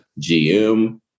GM